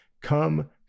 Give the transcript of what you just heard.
come